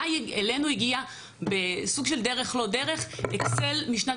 אליי הגיע בסוג של דרך לא דרך אקסל משנת